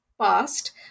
past